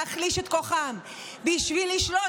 להחליש את כוחם בשביל לשלוט,